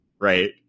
right